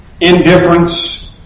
indifference